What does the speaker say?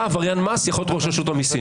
עבריין מס יכול להיות ראש רשות המיסים.